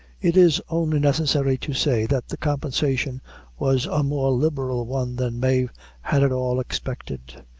it is only necessary to say that the compensation was a more liberal one than mave had at all expected,